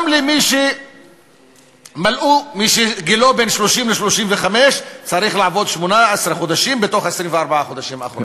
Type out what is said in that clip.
גם מי שגילו 30 35 צריך לעבוד 18 חודשים מתוך 24 חודשים אחרונים.